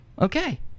Okay